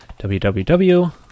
www